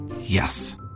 Yes